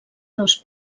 dos